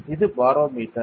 இது பாரோமீட்டர்